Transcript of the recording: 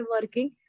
working